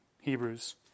Hebrews